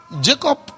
Jacob